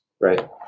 right